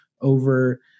over